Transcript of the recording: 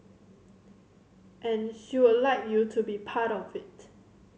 and she would like you to be part of it